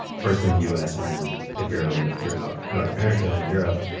first in the us and then had grown throughout north america and europe.